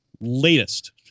latest